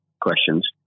questions